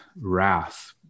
wrath